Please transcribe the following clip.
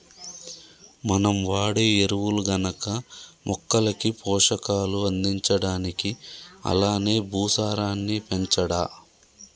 మనం వాడే ఎరువులు గనక మొక్కలకి పోషకాలు అందించడానికి అలానే భూసారాన్ని పెంచడా